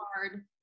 hard